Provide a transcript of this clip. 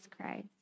Christ